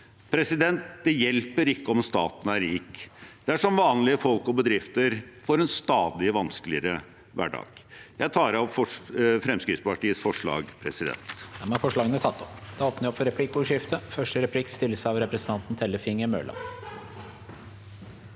alternativ. Det hjelper ikke om staten er rik dersom vanlige folk og bedrifter får en stadig vanskeligere hverdag. Jeg tar opp Fremskrittspartiets forslag. Presidenten